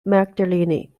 magdalene